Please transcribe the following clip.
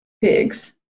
pigs